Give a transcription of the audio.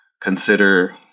consider